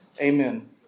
Amen